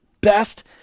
best